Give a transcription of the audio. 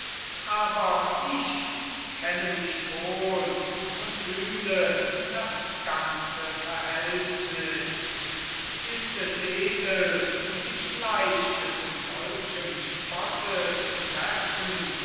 aber ich kenne mich wohl und fühle das ganze verhältnis ist es edel mich gleich mit solchem spotte zu treffen